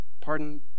Pardon